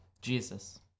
Jesus